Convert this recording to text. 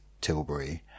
Tilbury